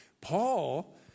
Paul